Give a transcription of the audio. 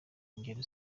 ngendo